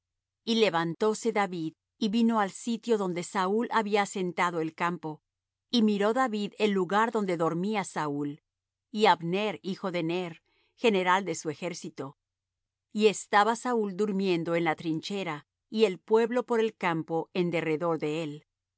y levantóse david y vino al sitio donde saúl había asentado el campo y miró david el lugar donde dormía saúl y abner hijo de ner general de su ejército y estaba saúl durmiendo en la trinchera y el pueblo por el campo en derredor de él